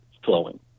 flowing